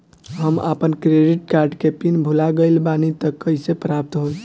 हम आपन credit card के पिन भुला गइल बानी त कइसे प्राप्त होई?